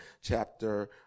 chapter